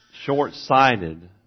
short-sighted